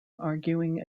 arguing